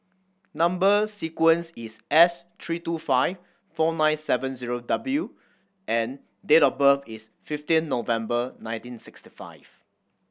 number sequence is S three two five four nine seven zero W and date of birth is fifteen November nineteen sixty five